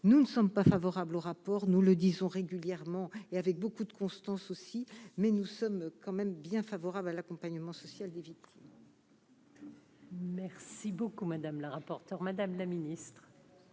nous ne sommes pas favorables au rapport, nous le disons régulièrement et avec beaucoup de constance aussi, mais nous sommes quand même bien favorable à l'accompagnement social des vies. Merci beaucoup madame la rapporteure, Madame la Ministre.